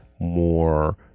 more